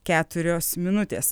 keturios minutės